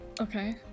okay